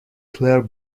clare